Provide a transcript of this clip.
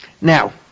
Now